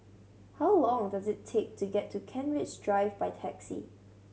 how long does it take to get to Kent Ridge Drive by taxi